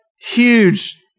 huge